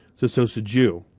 so so should you.